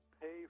pay